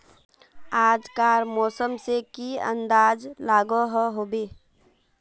आज कार मौसम से की अंदाज लागोहो होबे?